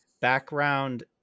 background